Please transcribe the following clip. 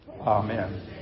Amen